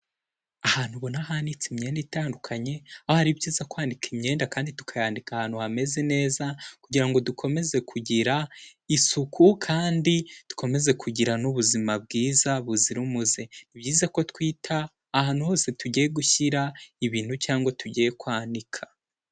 Ahantu ubona hanitse imyenda itandukanye, aho ari byiza kwanika imyenda kandi tukayanika ahantu hameze neza, kugira ngo dukomeze kugira isuku kandi dukomeze kugira ubuzima bwiza buzira umuze. Ni byiza ko twita ahantu hose tugiye gushyira ibintu cyangwa tugiye kwanika.